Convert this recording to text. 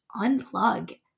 unplug